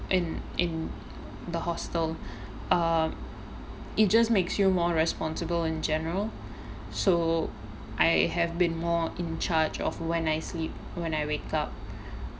in in the hostel err it just makes you more responsible in general so I have been more in charge of when I sleep when I wake up